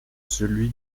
celui